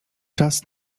czas